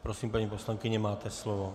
Prosím, paní poslankyně, máte slovo.